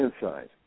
inside